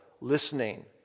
listening